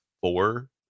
four